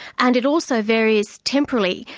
and it also varies temporally.